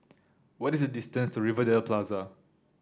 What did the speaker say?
what is the distance to Rivervale Plaza